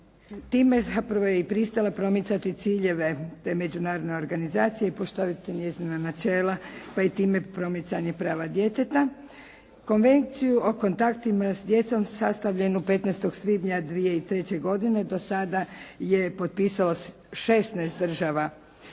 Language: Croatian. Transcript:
je zapravo i pristala promicati ciljeve te međunarodne organizacije i poštovati njezina načela, pa i time i promicanje prava djeteta. Konvenciju o kontaktima s djecom sastavljenu 15. svibnja 2003. godine do sada je potpisalo 16 država